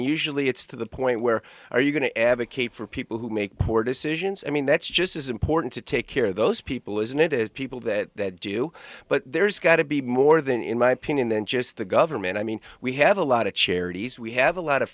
usually it's to the point where are you going to advocate for people who make poor decisions i mean that's just as important to take care of those people isn't it as people that do but there's got to be more than in my opinion than just the government i mean we have a lot of charities we have a lot of